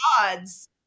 odds